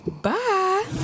Bye